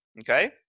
Okay